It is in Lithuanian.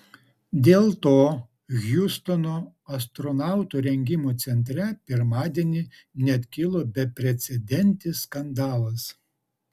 dėl to hjustono astronautų rengimo centre pirmadienį net kilo beprecedentis skandalas